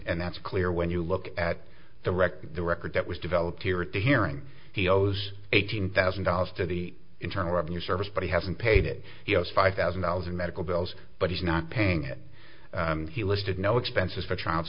and that's clear when you look at the record the record that was developed here at the hearing he owes eight hundred thousand dollars to the internal revenue service but he hasn't paid it he owes five thousand dollars in medical bills but he's not paying it he listed no expenses for child